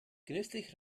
genüsslich